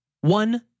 One